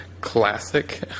classic